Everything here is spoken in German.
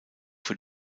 für